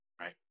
right